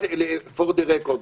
רק For the record,